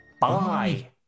bye